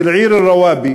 של העיר רוואבי,